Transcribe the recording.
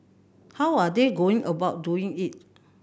how are they going about doing it